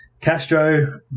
Castro